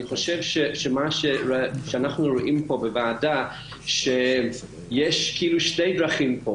אני חושב שמה שאנחנו רואים כאן בוועדה זה שכאילו יש שתי דרכים.